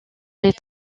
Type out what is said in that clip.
les